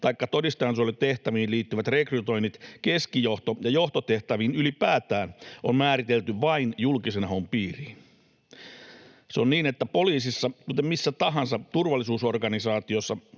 taikka todistajansuojelutehtäviin liittyvät rekrytoinnit keskijohto- ja johtotehtäviin ylipäätään on määritelty vain julkisen haun piiriin. Se on niin, että poliisissa, kuten missä tahansa turvallisuusorganisaatiossa,